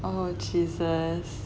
oh jesus